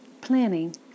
planning